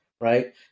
right